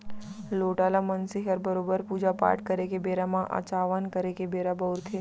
लोटा ल मनसे हर बरोबर पूजा पाट करे के बेरा म अचावन करे के बेरा बउरथे